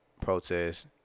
protest